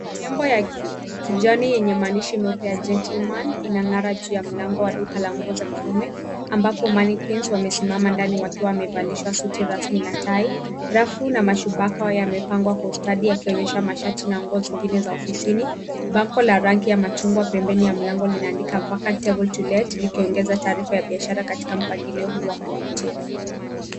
Nyumba ya kijani yenye maandishi ya gentleman inang'ara juu ya mlango wa duka la nguo za kiume ambapo money queens wamesimama ndani wakiwa wamevalishwa suti rasmi na tai . Rafu na mashubaka yamepangwa kwa ustadi yakionyesha masharti na nguo zingine za ofisini .Bako la rangi ya machungwa pembeni ya mlango linaandika vacant table to let likiongeza taarifa ya biashara katika mpangilio huu wa kuvutia.